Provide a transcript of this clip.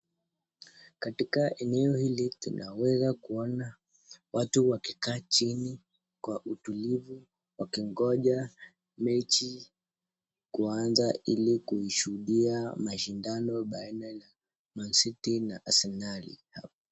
Katika eneo hili tunaweza kuona watu wakikaa chini, kwa utulivu wakingoja mechi kuanza ili huhutubia mashindano baina ya macity na asenali hao.